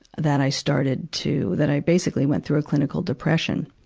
that i started to, that i basically went through a clinical depression.